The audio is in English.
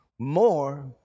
more